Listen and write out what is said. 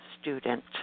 student